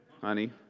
honey